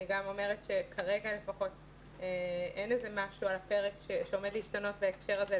אני גם אומרת שכרגע אין משהו על הפרק שעומד להשתנות בהקשר הזה,